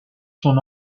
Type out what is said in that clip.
son